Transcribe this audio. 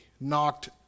knocked